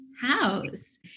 house